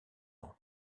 ans